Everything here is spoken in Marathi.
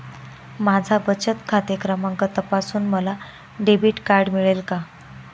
माझा बचत खाते क्रमांक तपासून मला डेबिट कार्ड मिळेल का?